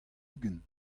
ugent